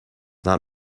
not